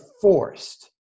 forced